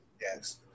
Yes